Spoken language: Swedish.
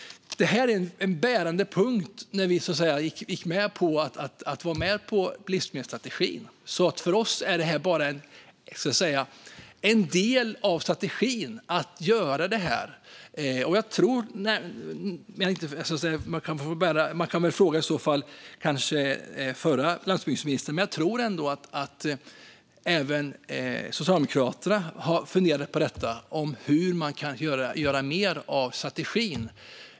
Det här var en bärande punkt när vi antog livsmedelsstrategin, och för oss är det här en del av strategin. Man kan i och för sig fråga den tidigare landsbygdsministern, men jag tror att även Socialdemokraterna har funderat över hur man kan göra mer av strategin.